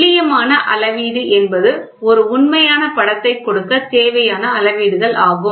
துல்லியமான அளவீட்டு என்பது ஒரு உண்மையான படத்தைக் கொடுக்க தேவையான அளவீடுகள் ஆகும்